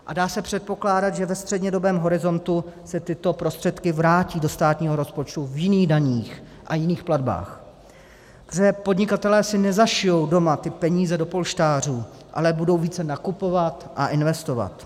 A dá se předpokládat, že ve střednědobém horizontu se tyto prostředky vrátí do státního rozpočtu v jiných daních a jiných platbách, protože podnikatelé si nezašijí doma ty peníze do polštářů, ale budou více nakupovat a investovat.